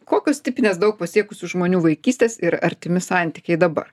kokios tipinės daug pasiekusių žmonių vaikystės ir artimi santykiai dabar